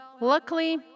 Luckily